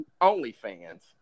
OnlyFans